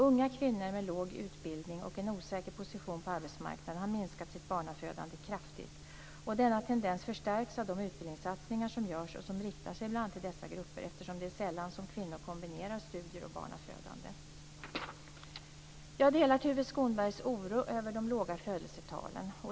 Unga kvinnor, med låg utbildning och en osäker position på arbetsmarknaden, har minskat sitt barnafödande kraftigt. Denna tendens förstärks av de utbildningssatsningar som görs och som riktar sig bl.a. till dessa grupper eftersom det är sällan som kvinnor kombinerar studier och barnafödande. Jag delar Tuve Skånbergs oro över de låga födelsetalen.